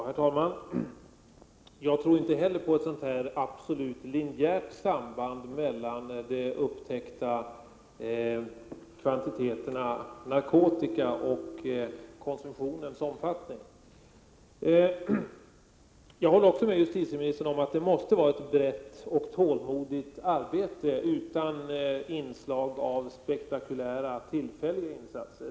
Herr talman! Jag tror inte heller på ett absolut linjärt samband mellan de upptäckta kvantiteterna narkotika och konsumtionens omfattning. Jag håller också med justitieministern om att det krävs ett brett och tålmodigt arbete, utan inslag av spektakulära och tillfälliga insatser.